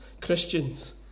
Christians